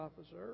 officer